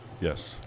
Yes